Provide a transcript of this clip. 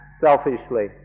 selfishly